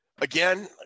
Again